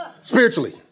spiritually